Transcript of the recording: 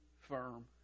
firm